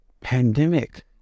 pandemic